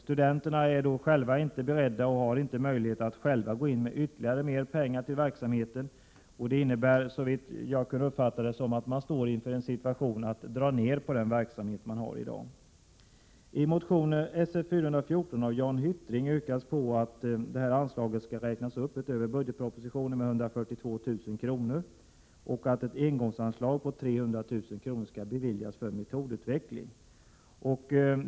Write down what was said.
Studenterna har inte möjlighet att själva gå in med ytterligare pengar till verksamheten. Det innebär, såvitt jag kan uppfatta, att man står inför en situation där man måste dra ner på den verksamhet man har i dag. I motion Sf414 av Jan Hyttring yrkas att detta anslag skall räknas upp utöver budgetpropositionens förslag med 142 000 kr. och att ett engångsanslag på 300 000 kr. beviljas till metodutveckling.